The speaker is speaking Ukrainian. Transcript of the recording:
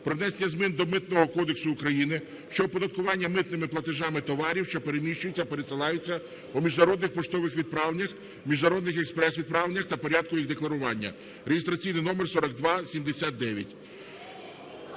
внесення змін до Митного кодексу України (щодо оподаткування митними платежами товарів, що переміщуються (пересилаються) у міжнародних поштових відправленнях, міжнародних експрес-відправленнях та порядку їх декларування)" (реєстраційний номер 4279).